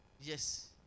Yes